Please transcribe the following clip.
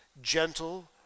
gentle